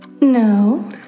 No